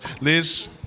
Liz